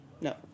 No